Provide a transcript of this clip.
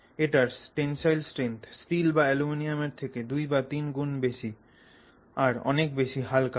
এটার tensile strength steel বা অ্যালুমিনিয়ামের থেকে দুই বা তিন গুণ বেশি আর অনেক বেশি হালকাও